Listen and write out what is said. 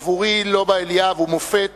עבורי לובה אליאב הוא מופת